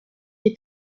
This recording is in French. est